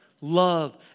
love